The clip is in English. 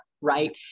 right